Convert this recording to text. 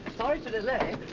sorry to delay.